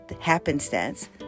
happenstance